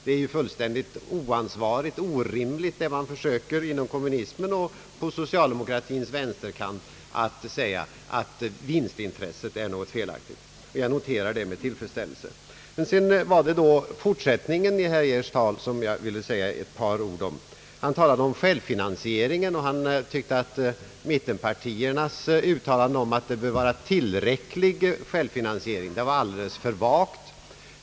Det är ju fullständigt oansvarigt och orimligt när man inom kommunismen och från socialdemokratins vänsterkant säger att det är felaktigt att driva vinstintresset. Jag noterar detta med tillfredsställelse. Jag vill också säga ett par andra ord om fortsättningen i herr Geijers tal. Han talade om självfinansieringen och tyckte att mittenpartiernas uttalanden om att det bör vara en »tillräcklig« självfinansiering var alltför vaga.